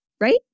right